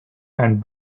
and